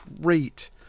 great